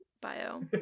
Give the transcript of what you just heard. bio